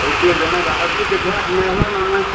ଆଉ କିଏ ଜଣେ ବାହାରୁଛି ଦେଖିବା ହେଲେ ହେଲା ନହେଲେ ନାହିଁ